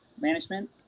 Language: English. management